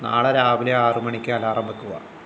നാളെ രാവിലെ ആറ് മണിക്ക് അലാറം വയ്ക്കുക